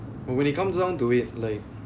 but when it comes down to it like